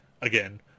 again